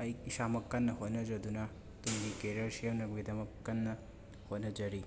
ꯑꯩ ꯏꯁꯥꯃꯛ ꯀꯟꯅ ꯍꯣꯠꯅꯖꯗꯨꯅ ꯇꯨꯡꯒꯤ ꯀꯦꯔꯤꯌꯔ ꯁꯦꯝꯅꯕꯒꯤꯗꯃꯛ ꯀꯟꯅ ꯍꯣꯠꯅꯖꯔꯤ